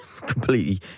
completely